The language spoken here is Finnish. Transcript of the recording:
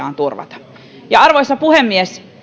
riittävyys voidaan turvata ja arvoisa puhemies